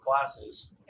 classes